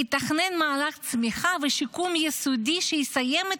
יתכנן מהלך צמיחה ושיקום יסודי שיסיים את